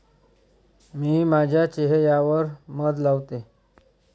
मी माझ्या चेह यावर मध लावते